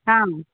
आं